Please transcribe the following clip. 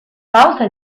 pausa